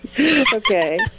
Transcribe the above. Okay